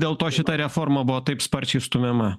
dėl to šita reforma buvo taip sparčiai stumiama